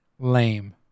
Lame